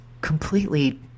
completely